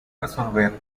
resolver